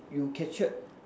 you captured